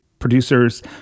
producers